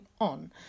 on